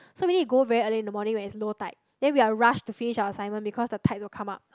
so we need to go very early in the morning when it's low tide then we have to rush to finish our assignment because the tide will come up